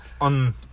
on